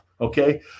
okay